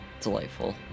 Delightful